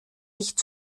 nicht